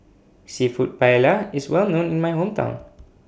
Seafood Paella IS Well known in My Hometown